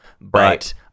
but-